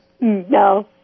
No